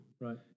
Right